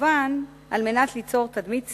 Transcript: מכוון על מנת ליצור תדמית צעירה,